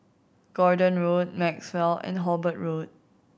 Gordon Road Maxwell and Hobart Road